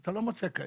אתה לא מוצא כאלה.